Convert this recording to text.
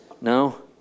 no